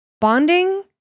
bonding